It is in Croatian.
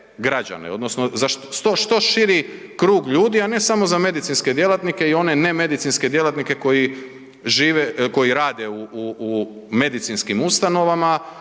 odnosno za što širi krug ljudi, a ne samo za medicinske djelatnike i one ne medicinske djelatnike koji žive, koji rade u, u, u medicinskim ustanovama